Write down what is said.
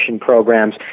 programs